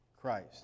Christ